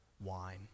wine